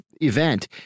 event